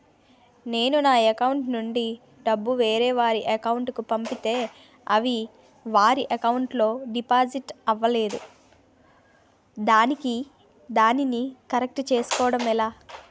నేను నా అకౌంట్ నుండి డబ్బు వేరే వారి అకౌంట్ కు పంపితే అవి వారి అకౌంట్ లొ డిపాజిట్ అవలేదు దానిని కరెక్ట్ చేసుకోవడం ఎలా?